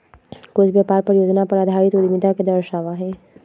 कुछ व्यापार परियोजना पर आधारित उद्यमिता के दर्शावा हई